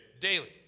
daily